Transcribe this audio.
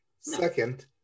Second